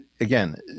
again